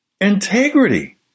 integrity